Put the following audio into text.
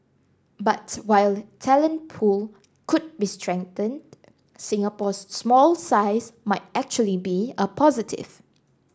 but while talent pool could be strengthened Singapore's small size might actually be a positive